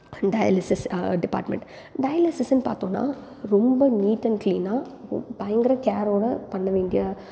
dialysis department டயாலிசிஸ்னு பார்த்தோம்னா ரொம்ப நீட் அண்ட் கிளீனாக பயங்கர கேரோடு பண்ணவேண்டிய